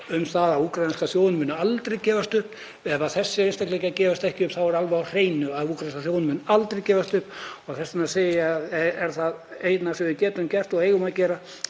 um að úkraínska þjóðin muni aldrei gefast upp. Ef þessir einstaklingar gefast ekki upp þá er það alveg á hreinu að úkraínska þjóðin mun aldrei gefast upp. Þess vegna segi ég að það eina sem við getum gert og eigum að gera